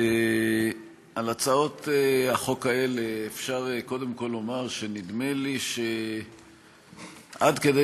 על הצעות החוק האלה אפשר קודם כול לומר שנדמה שעד כדי